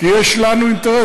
כי יש לנו אינטרס.